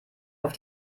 auf